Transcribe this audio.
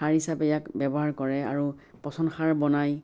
সাৰ হিচাপে ইয়াক ব্যৱহাৰ কৰে আৰু পচন সাৰ বনায়